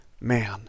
man